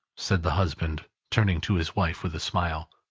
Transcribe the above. said the husband, turning to his wife with a smile,